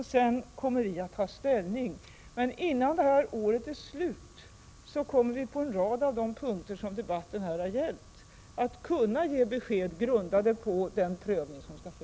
Sedan kommer vi att ta ställning. Men innan året är slut kommer vi på en rad av de punkter som debatten här har gällt att kunna ge besked grundade på den prövning som skall ske.